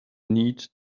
need